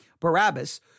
Barabbas